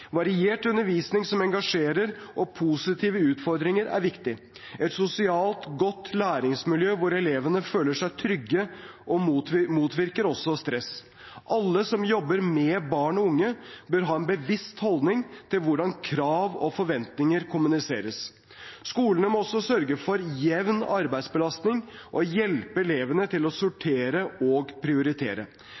Variert undervisning som engasjerer og positive utfordringer er viktig. Et sosialt godt læringsmiljø hvor elevene føler seg trygge, motvirker også stress. Alle som jobber med barn og unge, bør ha en bevisst holdning til hvordan krav og forventninger kommuniseres. Skolene må også sørge for jevn arbeidsbelastning og hjelpe elevene til å sortere og prioritere.